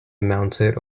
mounted